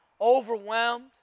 overwhelmed